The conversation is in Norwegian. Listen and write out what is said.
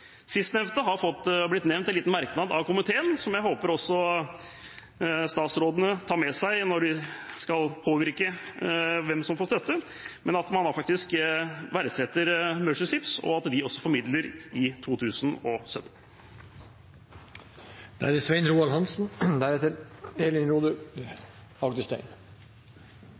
Sistnevnte har blitt nevnt av komiteen i en liten merknad, som jeg håper statsrådene tar med seg når de skal påvirke hvem som får støtte, at man verdsetter Mercy Ships, og at de får midler også i 2017. La meg i likhet med representanten Graham gjøre oppmerksom på at den omtalte merknaden på side 5 annen spalte niende avsnitt ikke er